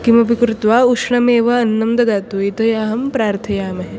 किमपि कृत्वा उष्णमेव अन्नं ददातु यतोहि अहं प्रार्थयामहे